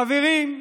חברים,